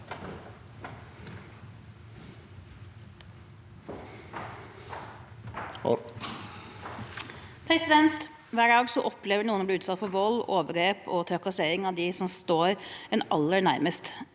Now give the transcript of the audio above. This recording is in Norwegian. Hver dag opple- ver noen å bli utsatt for vold, overgrep og trakassering fra en som står dem aller nærmest.